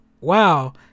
wow